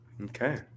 Okay